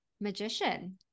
magician